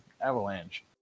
avalanche